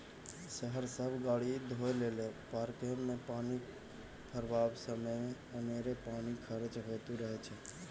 शहर सब गाड़ी धोए लेल, पार्कमे पानिक फब्बारा सबमे अनेरो पानि खरचा होइत रहय छै